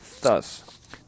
thus